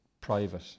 private